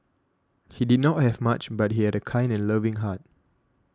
he did not have much but he had a kind and loving heart